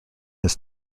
his